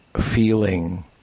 feeling